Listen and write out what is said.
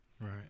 Right